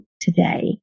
today